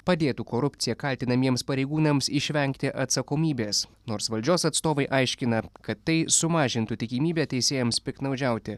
padėtų korupcija kaltinamiems pareigūnams išvengti atsakomybės nors valdžios atstovai aiškina kad tai sumažintų tikimybę teisėjams piktnaudžiauti